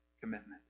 commitment